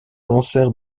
cancer